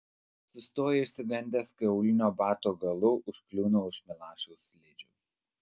sustoja išsigandęs kai aulinio bato galu užkliūna už milašiaus slidžių